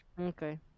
Okay